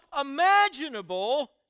imaginable